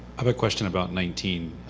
um a question about nineteen,